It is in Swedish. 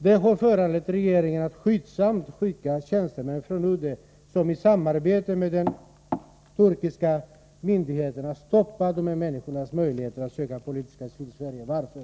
Det har föranlett regeringen att skyndsamt skicka tjänstemän från UD som i samarbete med de turkiska myndigheterna stoppar dessa människors möjligheter att söka politisk asyl i Sverige. Varför?